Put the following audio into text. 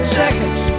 seconds